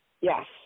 Yes